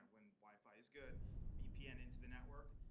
when wi-fi is good vpn into the network.